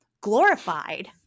glorified